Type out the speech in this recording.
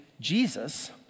Jesus